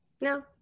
no